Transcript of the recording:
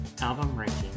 album-ranking